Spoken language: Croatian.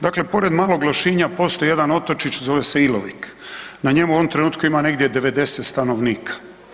Dakle, pored Malog Lošinja postoji jedan otočić zove se Ilovik, na njemu u ovom trenutku ima negdje 90 stanovnika.